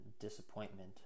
disappointment